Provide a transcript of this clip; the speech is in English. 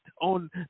on